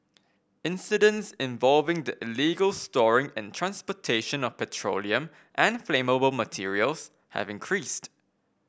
incidents involving the illegal storing and transportation of petroleum and flammable materials have increased